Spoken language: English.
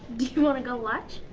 do you want to go watch?